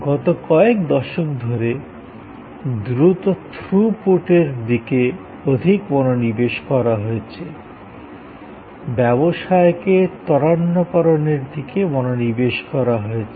গত কয়েক দশক ধরে দ্রুত থ্রুপুটের দিকে অধিক মনোনিবেশ করা হয়েছে ব্যবসায়কে আরো দ্রুত করার দিকে মনোনিবেশ করা হয়েছে